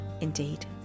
indeed